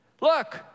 Look